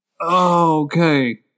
Okay